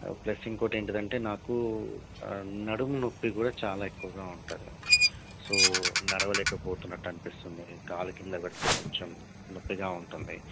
plus ఇంకోటి ఏటిదంటే నాకు నడుము నొప్పి కూడా చాలా ఎక్కువుగా ఉంటుంది సో నడవలేక పోతున్నాను అనిపిస్తుంది కాలు కింద పెడితే కొంచెం నొప్పిగా ఉంటుంది